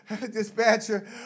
Dispatcher